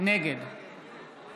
נגד